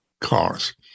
cars